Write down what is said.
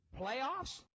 Playoffs